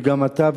וגם אתה,